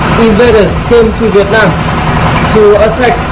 came to vietnam to attack